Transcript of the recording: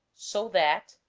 so that,